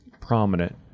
prominent